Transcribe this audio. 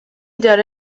داره